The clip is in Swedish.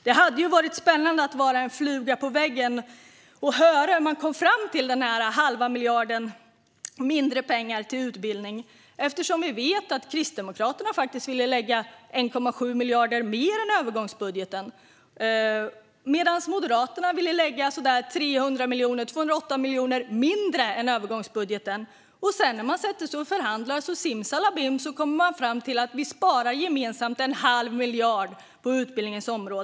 Det hade ju varit spännande att vara en fluga på väggen och höra hur man kom fram till en halv miljard mindre pengar till utbildning, eftersom vi vet att Kristdemokraterna ville lägga 1,7 miljarder mer än övergångsbudgeten medan Moderaterna ville ta bort 288 miljoner från övergångsbudgeten. När man sätter sig och förhandlar kommer man simsalabim fram till att man gemensamt sparar halv miljard på utbildningsområdet.